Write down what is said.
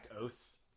Oath